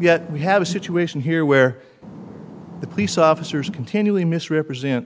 yet we have a situation here where the police officers continually misrepresent